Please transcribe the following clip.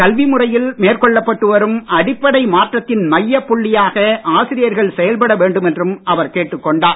கல்வி முறையில் மேற்கொள்ளப்பட்டு வரும் அடிப்படை மாற்றத்தின் மையப் புள்ளியாக ஆசிரியர்கள் செயல்பட வேண்டும் என்றும் அவர் கேட்டுக் கொண்டார்